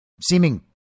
seeming